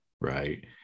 Right